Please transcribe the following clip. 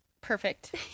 Perfect